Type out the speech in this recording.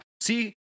See